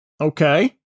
Okay